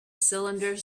cylinder